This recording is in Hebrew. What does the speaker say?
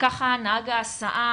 ככה נהג ההסעה,